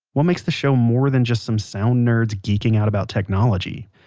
what makes the show more than just some sound nerds geeking out about technology?